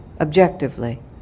objectively